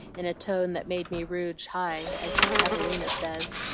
in a tone that made me rouge high as evelina says.